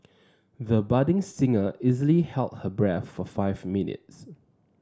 the budding singer easily held her breath for five minutes